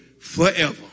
forever